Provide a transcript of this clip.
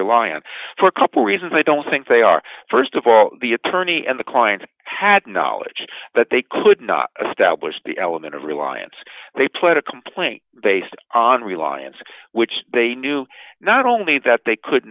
rely on for a couple reasons i don't think they are st of all the attorney and the client had knowledge that they could not stablished the element of reliance they played a complaint based on reliance which they knew not only that they could